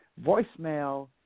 voicemail